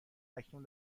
اکنون